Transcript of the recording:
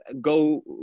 go